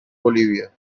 bolivia